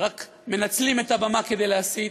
שרק מנצלים את הבמה כדי להסית.